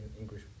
English